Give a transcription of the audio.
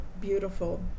beautiful